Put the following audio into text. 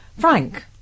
Frank